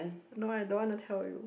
no I don't want to tell you